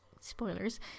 spoilers